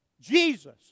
Jesus